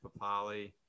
Papali